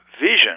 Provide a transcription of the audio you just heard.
Vision